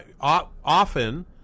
often